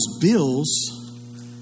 bills